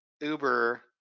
Uber